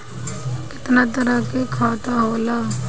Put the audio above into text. केतना तरह के खाता होला?